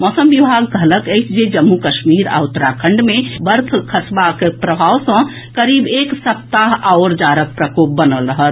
मौसम विभाग कहलक अछि जे जम्मू कश्मीर आ उत्तराखंड मे बर्फ खसबाक प्रभाव सॅ करीब एक सप्ताह आओर जाड़क प्रकोप बनल रहत